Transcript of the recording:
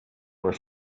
were